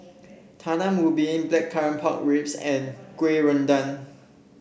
Talam Ubi Blackcurrant Pork Ribs and kuih